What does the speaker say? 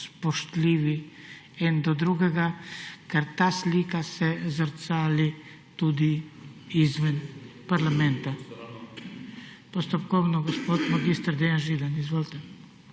spoštljivi eden do drugega, ker ta slika se zrcali tudi izven parlamenta. Postopkovno, mag. Dejan Židan. Izvolite.